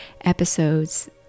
episodes